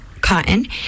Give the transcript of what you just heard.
cotton